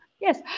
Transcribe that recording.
Yes